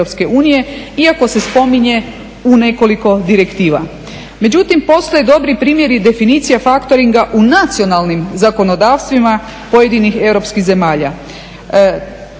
iako se spominje u nekoliko direktiva. Međutim, postoje dobri primjeri definicija faktoringa u nacionalnim zakonodavstvima pojedinih europskih zemalja.